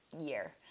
year